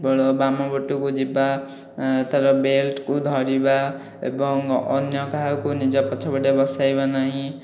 କେବଳ ବାମ ପଟକୁ ଯିବା ତା'ର ବେଲ୍ଟକୁ ଧରିବା ଏବଂ ଅନ୍ୟ କାହାକୁ ନିଜ ପଛ ପଟେ ବସାଇବା ନାହିଁ